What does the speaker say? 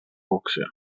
cocció